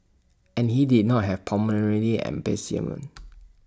and he did not have pulmonary emphysema